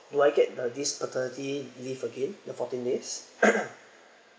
do I get uh this paternity leave again the fourteen days